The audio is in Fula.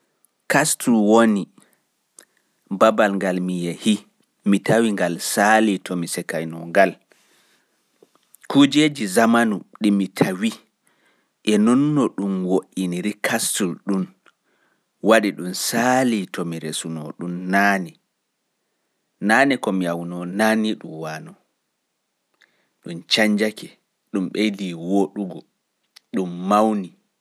Goɗɗum Castle woni babal ngal mi yahi mi tawi saali to mi sekaino ngal. Kuujeeji zamanu ɗi mi tawe nonno ɗun wo'iniri ɗonɗun waɗi ɗun saali tomi resuno ɗun.